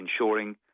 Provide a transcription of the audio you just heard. ensuring